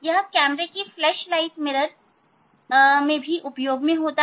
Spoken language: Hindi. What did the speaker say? यह कैमरे के फ्लैशलाइट मिरर में भी उपयोग होता है